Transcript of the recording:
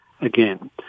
again